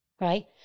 Right